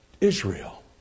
Israel